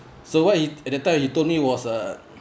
so what he at that time he told me was a